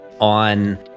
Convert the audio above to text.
on